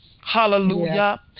Hallelujah